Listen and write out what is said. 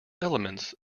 elements